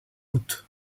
août